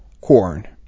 corn